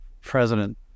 President